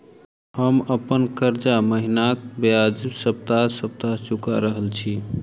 हम अप्पन कर्जा महिनाक बजाय सप्ताह सप्ताह चुका रहल छि